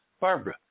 Barbara